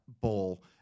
bowl